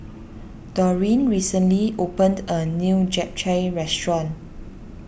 Dorene recently opened a new Japchae restaurant